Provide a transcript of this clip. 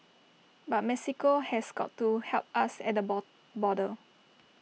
but Mexico has got to help us at the bo border